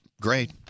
Great